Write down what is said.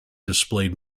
displayed